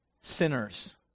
sinners